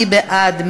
מי בעד?